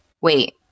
wait